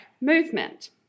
movement